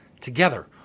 together